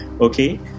okay